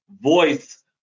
voice